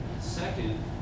Second